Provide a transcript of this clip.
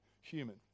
human